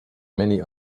many